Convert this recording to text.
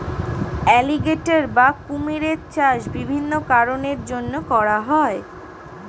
alligator বা কুমিরের চাষ বিভিন্ন কারণের জন্যে করা হয়